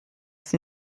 sie